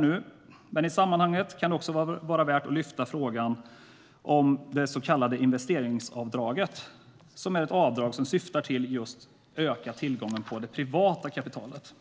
Men det kan i sammanhanget också vara värt att ta upp frågan om det så kallade investeringsavdraget, som är ett avdrag som syftar till att just öka tillgången på det privata kapitalet.